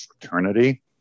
fraternity